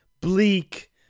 bleak